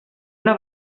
una